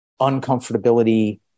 uncomfortability